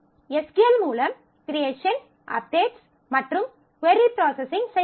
SQL மூலம் creation updates மற்றும் query processing செய்யலாம்